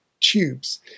tubes